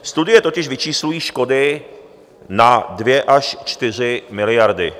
Studie totiž vyčíslují škody na 2 až 4 miliardy.